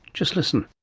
just listen.